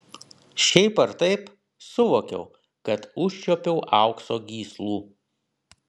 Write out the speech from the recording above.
šiaip ar taip suvokiau kad užčiuopiau aukso gyslų